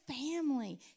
family